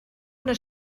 una